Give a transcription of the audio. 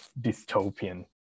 dystopian